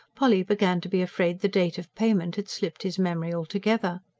polly began to be afraid the date of payment had slipped his memory altogether.